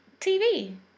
TV